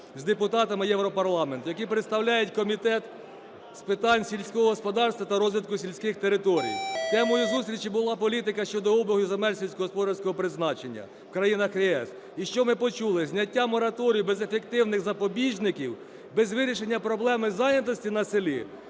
з депутатами Європарламенту, які представляють Комітет з питань сільського господарства та розвитку сільських територій. Темою зустрічі була політика щодо обігу земель сільськогосподарського призначення в країнах ЄС. І що ми почули? Зняття мораторію без ефективних запобіжників, без вирішення проблеми зайнятості на селі